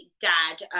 dad